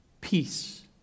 Peace